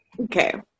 Okay